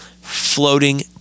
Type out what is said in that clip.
floating